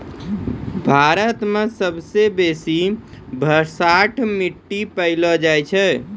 भारत मे सबसे बेसी भसाठ मट्टी पैलो जाय छै